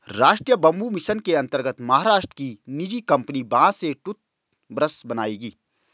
राष्ट्रीय bamboo mission के अंतर्गत महाराष्ट्र की निजी कंपनी बांस से टूथब्रश बनाएगी